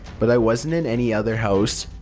but i wasn't in any other house,